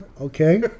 okay